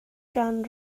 gan